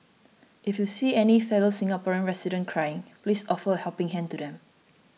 if you see any fellow Singaporean residents crying please offer a helping hand to them